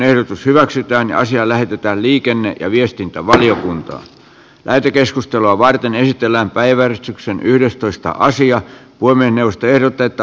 puhemiesneuvosto ehdottaa että asia lähetetään liikenne ja viestintävaliokuntaan lähetekeskustelua varten kehitellään päiväystyksen yhdestoista asiat poimienius lakivaliokuntaan